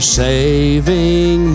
saving